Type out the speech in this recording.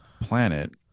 planet